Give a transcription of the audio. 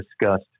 discussed